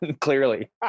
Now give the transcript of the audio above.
clearly